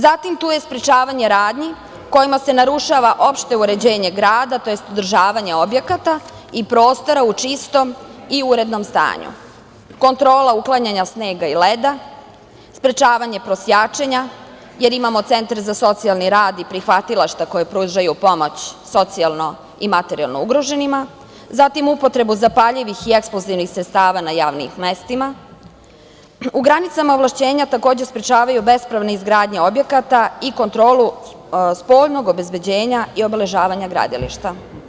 Zatim, tu je sprečavanje radnji kojima se narušava opšte uređenje grada, tj. održavanja objekata i prostora u čistom i urednom stanju, kontrola uklanjanja snega i leda, sprečavanje prosjačenja, jer imamo centre za socijalni rad i prihvatilišta koja pružaju pomoć socijalno i materijalno ugroženima, zatim upotrebu zapaljivih i eksplozivnih sredstava na javnim mestima, u granicama ovlašćenja takođe sprečavaju bespravne izgradnje objekata i kontrolu spoljnog obezbeđenja i obeležavanja gradilišta.